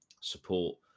support